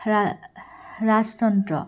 ৰা ৰাজতন্ত্ৰ